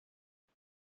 jag